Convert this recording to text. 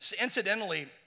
Incidentally